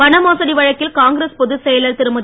பணமோசடி வழக்கில் காங்கிரஸ் பொதுச் செயலர் திருமதி